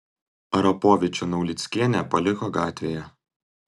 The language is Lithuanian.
arapovičių naulickienė paliko gatvėje